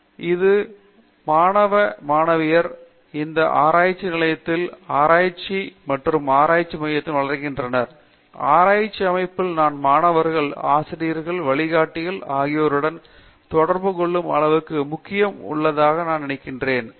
பேராசிரியர் பிரதாப் ஹரிதாஸ் உண்மையில் இந்த மாணவ மாணவியர் இந்த ஆராய்ச்சி நிலையத்தில் ஆராய்ச்சி மற்றும் ஆராய்ச்சி மையத்தில் வளர்கின்றார் ஆராய்ச்சி அமைப்பில் நான் மாணவர்கள் ஆசிரியர்கள் வழிகாட்டிகள் ஆகியோருடன் தொடர்பு கொள்ளும் அளவுக்கு முக்கியத்துவம் உள்ளதாக நான் நினைக்கிறேன்